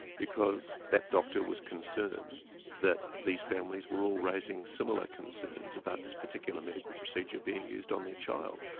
because that doctor was concerned that these families were all raising similar concerns about this particular medical procedure being used on their child.